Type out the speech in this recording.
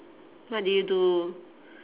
what do you do